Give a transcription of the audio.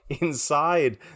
Inside